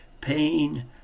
pain